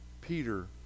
peter